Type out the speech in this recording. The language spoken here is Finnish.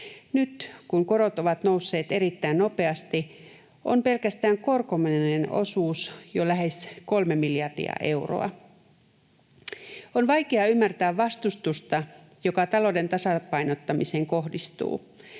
Nyt, kun korot ovat nousseet erittäin nopeasti, on pelkästään korkomenojen osuus jo lähes kolme miljardia euroa. On vaikea ymmärtää vastustusta, joka talouden tasapainottamiseen kohdistuu.